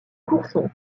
courson